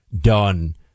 done